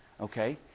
Okay